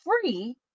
free